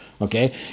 Okay